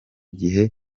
gihe